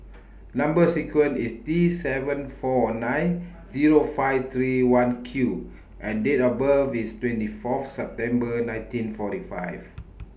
Number sequence IS T seven four nine Zero five three one Q and Date of birth IS twenty four of September nineteen forty five